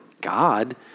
God